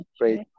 great